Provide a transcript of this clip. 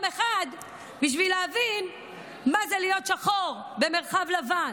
אחד בשביל להבין מה זה להיות שחור במרחב לבן.